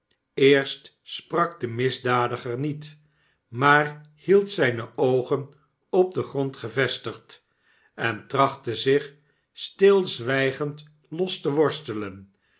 eerst sprak de misdadiger niet maar hield zijne oogen op den grond gevestigd en trachtte zich stilzwijgend los te worstelen